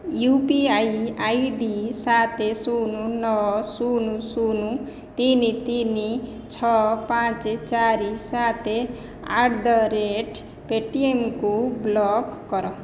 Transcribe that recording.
you P I I D ସତ ଶୂନ ନଅ ଶୂନ ଶୂନ ତିନି ତିନି ଛଅ ପାଞ୍ଚ ଚାରି ସାତେ ଆଟ୍ ଦ ରେଟ୍ ପେ'ଟିଏମ୍କୁ ବ୍ଲକ୍ କର